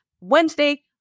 Wednesday